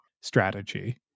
strategy